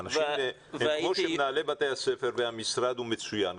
כמו שמנהלי בתי הספר והמשרד הוא מצוין,